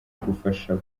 gufasha